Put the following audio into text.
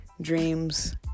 Dreams